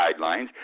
guidelines